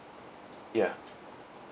ya